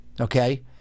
okay